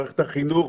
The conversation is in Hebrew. במערכת החינוך,